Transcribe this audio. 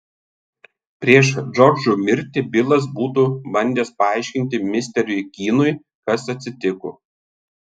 prieš džordžo mirtį bilas būtų bandęs paaiškinti misteriui kynui kas atsitiko